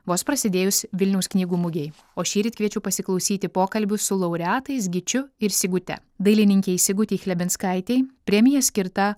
vos prasidėjus vilniaus knygų mugei o šįryt kviečiu pasiklausyti pokalbių su laureatais gyčiu ir sigute dailininkei sigutei chlebinskaitei premija skirta